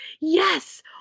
yes